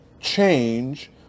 change